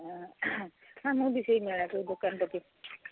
ହଁ ମୁଁ ବି ସେଇ ମେଳାକୁ ଦୋକାନ